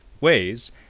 ways